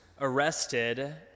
arrested